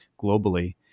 globally